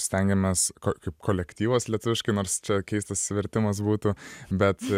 stengiamės kaip kolektyvas lietuviškai nors čia keistas vertimas būtų bet